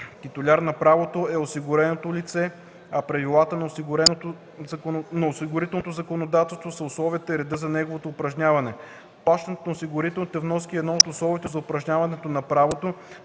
Титуляр на правото е осигуреното лице, а правилата на осигурителното законодателство са условията и редът за неговото упражняване. Плащането на осигурителните вноски е едно от условията за упражняването на правото,